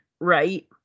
right